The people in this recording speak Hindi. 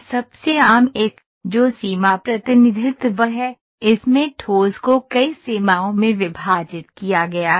सबसे आम एक जो सीमा प्रतिनिधित्व है इसमें ठोस को कई सीमाओं में विभाजित किया गया है